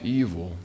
evil